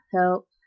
help